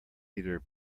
either